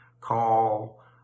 call